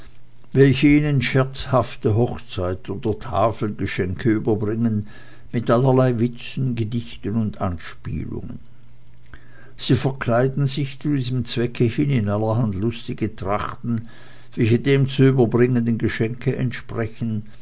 welche ihnen scherzhafte hochzeit oder tafelgeschenke überbringen mit allerlei witzen gedichten und anspielungen sie verkleiden sich zu diesem ende hin in allerhand lustige trachten welche dem zu überbringenden geschenke entsprechen